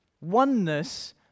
Oneness